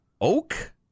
Oak